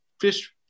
fish